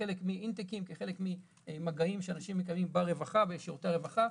כחלק ממגעים שאנשים מקיימים בשירותי הרווחה,